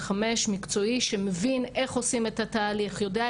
הפעילות של מוקד 105 כדי לתת מענה לעוד אוכלוסיות.